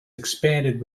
expanded